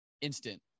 instant